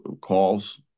calls